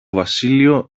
βασίλειο